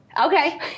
Okay